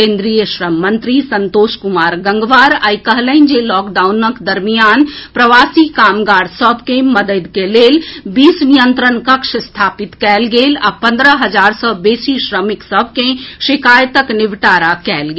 केन्द्रीय श्रम मंत्री संतोष कुमार गंगवार आइ कहलनि जे लॉकडाउनक दरमियान प्रवासी कामगार सभ के मददिक लेल बीस नियंत्रण कक्ष स्थापित कयल गेल आ पंद्रह हजार सॅ बेसी श्रमिक सभ के शिकायतक निबटारा कयल गेल